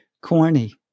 Corny